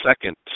second